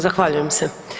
Zahvaljujem se.